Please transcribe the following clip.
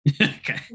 Okay